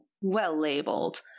well-labeled